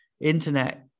internet